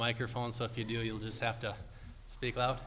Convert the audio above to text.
microphone so if you do you'll just have to speak o